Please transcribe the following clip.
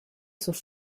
sus